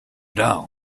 down